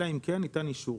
אלא אם כן ניתן אישור.